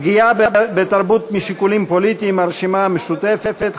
פגיעה בתרבות משיקולים פוליטיים, הרשימה המשותפת,